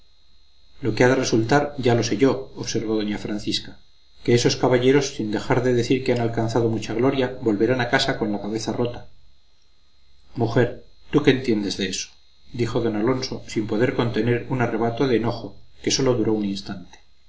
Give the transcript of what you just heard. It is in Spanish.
lo que ha de resultar ya lo sé yo observó doña francisca que esos caballeros sin dejar de decir que han alcanzado mucha gloria volverán a casa con la cabeza rota mujer tú qué entiendes de eso dijo d alonso sin poder contener un arrebato de enojo que sólo duró un instante